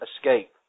escape